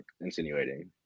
insinuating